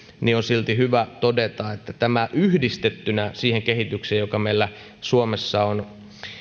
niin on silti hyvä todeta että tämä yhdistettynä siihen kehitykseen joka meillä suomessa on